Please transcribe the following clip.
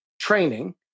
training